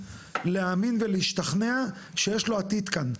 להאמין ולהשתכנע שיש לו עתיד כאן,